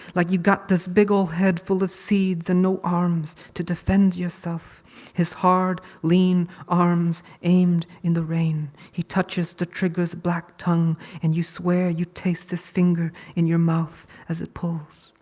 like you've got this big ole head full of seeds and no arms to defend yourself his hard lean arms aimed in the rain. he touches the triggers black tongue and you swear you taste his finger in your mouth as it pulls.